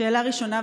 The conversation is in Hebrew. שאלה ראשונה.